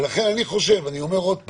אני אומר עוד פעם,